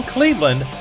Cleveland